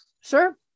Sure